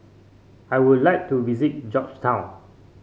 I would like to visit Georgetown